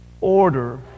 order